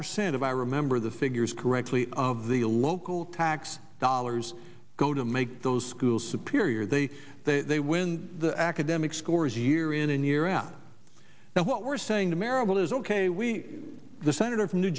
percent of i remember the figures correctly of the local tax dollars go to make those schools superior they they win the academic scores year in and near out now what we're saying to marable is ok we the senator from new